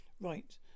Right